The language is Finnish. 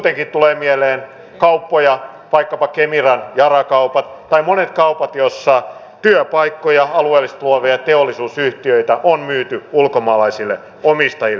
muutenkin tulee mieleen kauppoja vaikkapa kemiran yara kaupat tai monet kaupat joissa työpaikkoja alueellisesti luovia teollisuusyhtiöitä on myyty ulkomaalaisille omistajille